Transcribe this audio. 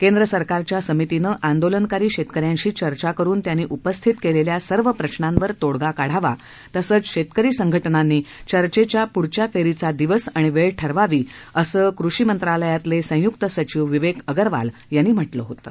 केंद्र सरकारच्या समितीनं आंदोलनकारी शेतकऱ्यांशी चर्चा करून त्यांनी उपस्थित केलेल्या सर्व प्रशावर तोडगा काढावा तसंच शेतकरी संघटनांनी चर्चेच्या पुढील फेरीचा दिवस आणि वेळ ठरवावी असं कृषी मंत्रालयातले संयुक्त सचिव विवेक अगरवाल यांनी म्हटलं होतं